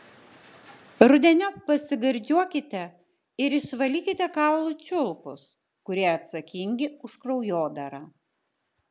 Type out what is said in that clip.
rudeniop pasigardžiuokite ir išvalykite kaulų čiulpus kurie atsakingi už kraujodarą